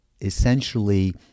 essentially